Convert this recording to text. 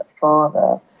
father